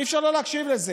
אי-אפשר לא להקשיב לזה.